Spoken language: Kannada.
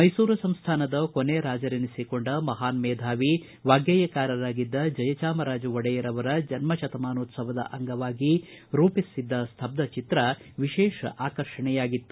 ಮೈಸೂರು ಸಂಸ್ಥಾನದ ಕೊನೆ ರಾಜರೆನಿಸಕೊಂಡ ಮಹಾನ್ ಮೇಧಾವಿ ವಾಗ್ಗೇಯಕಾರರಾಗಿದ್ದ ಜಯಚಾಮರಾಜ ಒಡೆಯರ್ ಅವರ ಜನ್ನ ಶತಮಾನೋತ್ತವದ ಅಂಗವಾಗಿ ರೂಪಿಸಿದ್ದ ಸ್ಥಬ್ದ ಚಿತ್ರ ವಿಶೇಷ ಆಕರ್ಷಣೆಯಾಗಿತ್ತು